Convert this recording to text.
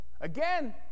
Again